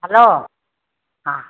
hello ହଁ